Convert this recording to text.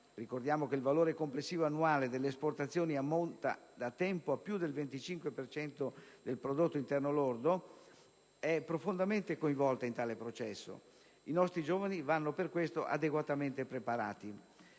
internazionale (il valore complessivo annuale delle esportazioni ammonta da tempo a più del 25 per cento del prodotto interno lordo), è profondamente coinvolta in tale processo. I nostri giovani vanno per questo adeguatamente preparati.